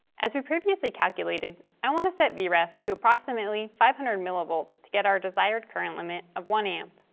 as we previously calculated, i want to set vref to approximately five hundred mv to to get our desired current limit of one a. um